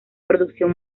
producción